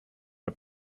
der